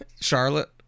Charlotte